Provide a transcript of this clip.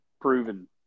proven